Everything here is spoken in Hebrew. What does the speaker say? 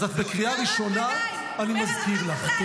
אז את בקריאה ראשונה, אני מזכיר לך.